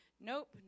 Nope